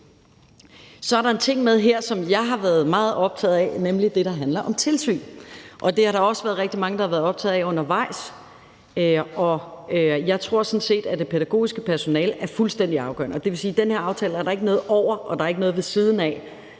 Så er der en ting med her, som jeg har været meget optaget af, nemlig det, der handler om tilsyn. Det har der også været rigtig mange, der har været optaget af undervejs. Jeg tror sådan set, at det pædagogiske personale er fuldstændig afgørende. Det vil sige, i den her aftale er der ikke noget over eller noget ved siden af